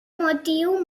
motiu